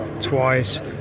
twice